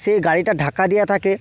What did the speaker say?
সে গাড়িটা ঢাকা দেওয়া থাকে